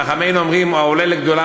חכמינו אומרים: העולה לגדולה,